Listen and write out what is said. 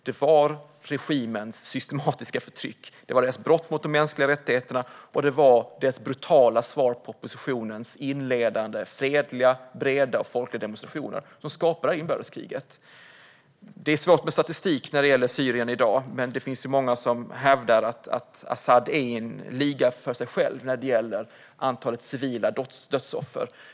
Det var regimens systematiska förtryck, dess brott mot de mänskliga rättigheterna och dess brutala svar på oppositionens inledande fredliga, breda och folkliga demonstrationer som skapade det här inbördeskriget. Det är svårt med statistik när det gäller Syrien i dag. Men det finns många som hävdar att Asad är i en liga för sig när det gäller antalet civila dödsoffer.